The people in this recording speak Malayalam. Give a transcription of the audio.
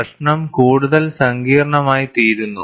പ്രശ്നം കൂടുതൽ സങ്കീർണ്ണമായിത്തീരുന്നു